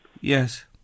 Yes